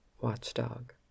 watchdog